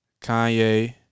Kanye